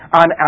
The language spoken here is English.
on